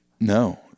No